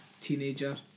teenager